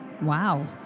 Wow